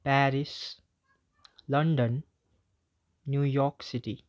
Paris London New York city